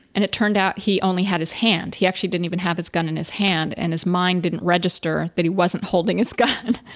and it turned out he only had his hand he actually didn't even have his gun in his hand and his mind didn't register that he wasn't holding his gun.